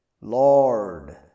Lord